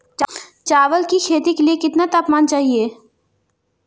चावल की खेती के लिए कितना तापमान चाहिए?